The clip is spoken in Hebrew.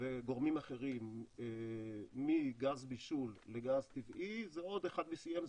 וגורמים אחרים מגז בישול לגז טבעי זה עוד 1 BCM,